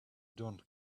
done